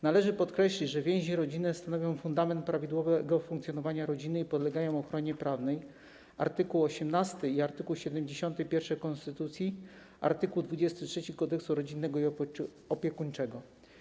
Należy podkreślić, że więzi rodzinne stanowią fundament prawidłowego funkcjonowania rodziny i podlegają ochronie prawnej - art. 18 i art. 71 konstytucji i art. 23 Kodeksu rodzinnego i opiekuńczego.